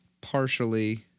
partially